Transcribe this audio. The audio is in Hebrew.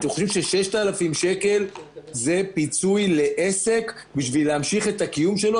אתם חושבים ש-6,000 שקלים זה פיצוי לעסק בשביל להמשיך את הקיום שלו?